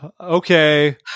okay